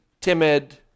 timid